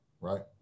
right